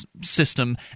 system